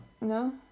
No